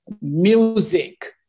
music